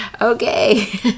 Okay